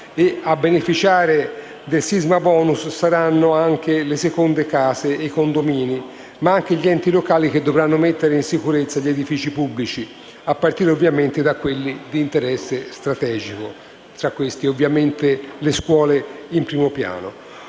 A beneficiare del sisma-*bonus* saranno anche le seconde case e i condomini, ma anche gli enti locali che dovranno mettere in sicurezza gli edifici pubblici, a partire ovviamente da quelli di interesse strategico, tra cui, in primo piano,